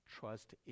trust